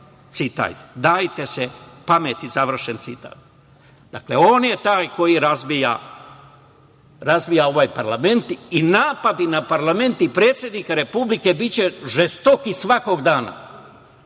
citat. Dajte se pameti- završen citat. Dakle, on je taj ko razbija ovaj parlament i napadi na parlament i predsednika Republike biće žestoki svakog dana,